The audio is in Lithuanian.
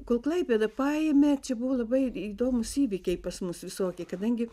kol klaipėdą paėmė čia buvo labai į įdomūs įvykiai pas mus visokie kadangi